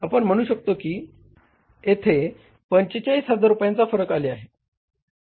आपण म्हणू शकतो की येथे 45000 रुपयांचे फरक आले आहे